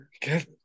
Get